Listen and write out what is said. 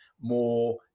more